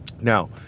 Now